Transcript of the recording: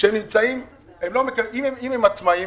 שאם הם עצמאיים,